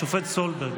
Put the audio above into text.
השופט סולברג.